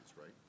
right